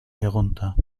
herunter